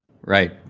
right